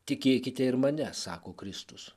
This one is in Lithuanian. tikėkite ir mane sako kristus